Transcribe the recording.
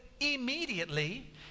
Immediately